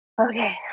okay